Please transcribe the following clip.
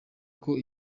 uko